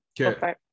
okay